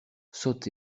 sotte